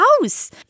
house